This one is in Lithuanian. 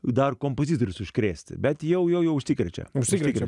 dar kompozitorius užkrėsti bet jau jau užsikrečia užsiikrečia